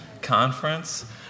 Conference